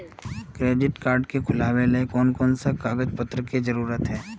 Credit card के खुलावेले कोन कोन कागज पत्र की जरूरत है?